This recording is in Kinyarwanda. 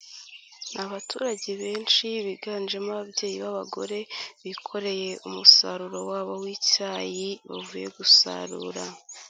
Abaturage benshi biganjemo ababyeyi b'abagore bikoreye umusaruro wabo w'icyayi bavuye gusarura.